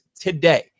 today